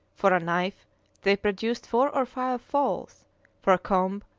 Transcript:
for a knife they produced four or five fowls for a comb,